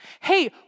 Hey